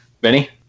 Benny